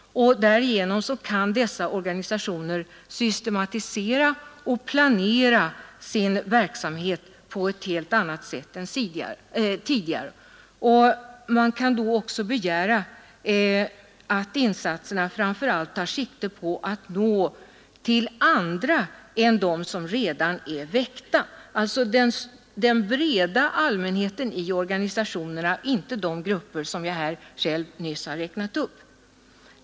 Därigenom kan dessa organisationer systematisera och planera sin verksamhet på ett helt annat sätt än tidigare. Man kan då också begära att insatserna framför allt tar sikte på att nå andra än dem som redan är väckta — alltså det stora flertalet i organisationerna, inte de grupper som jag här nyss har räknat upp.